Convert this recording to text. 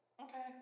Okay